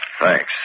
Thanks